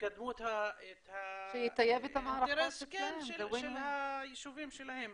שיקדמו את האינטרס של היישובים שלהם.